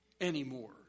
anymore